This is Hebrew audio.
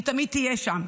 היא תמיד תהיה שם.